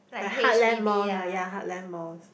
the heartland mall ah ya heartland malls